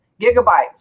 gigabytes